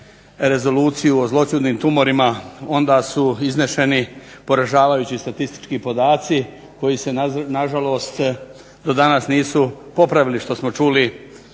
Rezoluciju o zloćudnim tumorima onda su iznešeni poražavajući statistički podaci koji se na žalost do danas nisu poravili što smo čuli